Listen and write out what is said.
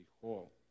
Hall